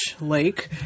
lake